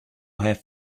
have